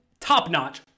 top-notch